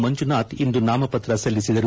ಮಂಜುನಾಥ್ ಇಂದು ನಾಮಪತ್ರ ಸಲ್ಲಿಸಿದರು